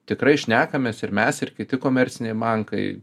tikrai šnekamės ir mes ir kiti komerciniai bankai